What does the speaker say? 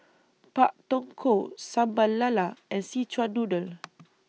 Pak Thong Ko Sambal Lala and Szechuan Noodle